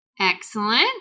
Excellent